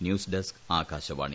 news desk Akashvani